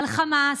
על חמאס,